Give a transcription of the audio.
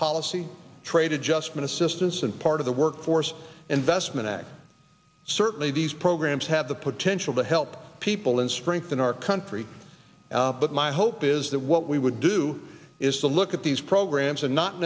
policy trade adjustment assistance and part of the workforce investment act certainly these programs have the potential to help people in strengthen our country but my hope is that what we would do is to look at these programs and not